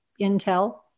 intel